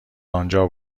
آنجا